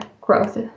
growth